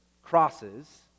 Crosses